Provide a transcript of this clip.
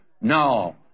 No